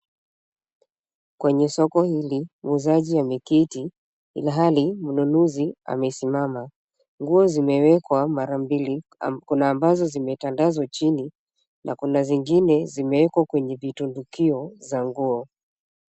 Kwenye soko hili, muuzaji ameketi ilhali mnunuzi amesimama. Nguo zimwekwa mara mbili. Kuna ambazo zimetandazwa chini na kuna zingine zimeekwa kwenye vitundukio za nguo.